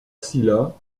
silla